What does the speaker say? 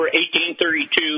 1832